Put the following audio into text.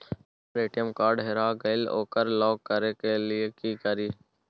हमर ATM card हेरा गेल ओकरा लॉक करै के लेल की करियै?